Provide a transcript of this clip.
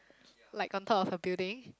like on top of a building